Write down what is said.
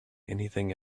anything